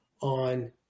on